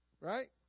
right